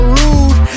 rude